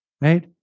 right